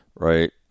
right